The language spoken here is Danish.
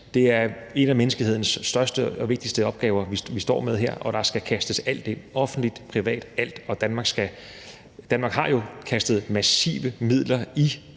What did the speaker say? med, er en af menneskehedens største og vigtigste opgaver, og der skal kastes alt ind – offentligt, privat, alt. Og Danmark har jo kastet massive midler